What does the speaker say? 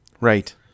Right